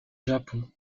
japon